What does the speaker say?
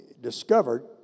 discovered